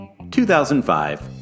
2005